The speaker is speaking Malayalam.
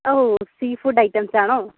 ഓ സീഫുഡ് ഐറ്റെംസ് ആണോ